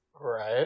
Right